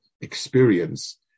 experience